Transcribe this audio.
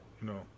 no